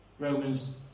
Romans